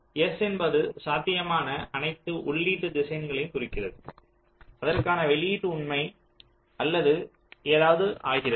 S என்பது சாத்தியமான அனைத்து உள்ளீட்டு திசையன்களையும் குறிக்கிறது அதற்கான வெளியீடு உண்மை அல்லது ஏதாவது ஆகிறது